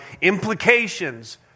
implications